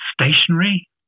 stationary